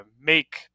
make